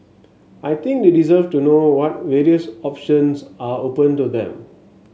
I think they deserve to know what various options are open to them